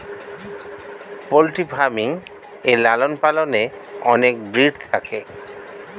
poultry farming এ লালন পালনে অনেক ব্রিড থাকে